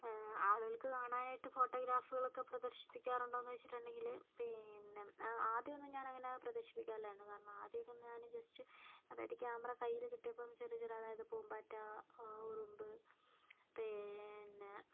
ആളുകൾക്ക് കാണാനായിട്ട് ഫോട്ടോഗ്രാഫുകൾ ഒക്കെ പ്രദർശിപ്പിക്കാറുണ്ടോ എന്ന് വച്ചിട്ടുണ്ടെങ്കിൽ പിന്നെ ആദ്യമൊന്നും ഞാൻ അങ്ങനെ പ്രദർശിപ്പിക്കാറില്ലായിരുന്നു കാരണം ആദ്യമൊക്കെ ഞാൻ ജസ്റ്റ് അതായത് ക്യാമറ കയ്യില് കിട്ടിയപ്പം ചെറിയ ചെറിയ അതായത് പൂമ്പാറ്റ ഉറുമ്പ് പിന്നെ